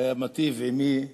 היה מיטיב עמי בהרבה,